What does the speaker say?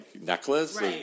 necklace